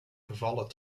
vervallen